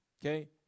Okay